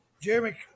Jeremy –